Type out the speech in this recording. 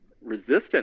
resistant